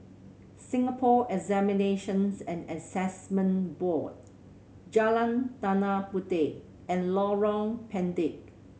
Singapore Examinations and Assessment Board Jalan Tanah Puteh and Lorong Pendek